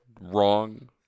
Wrong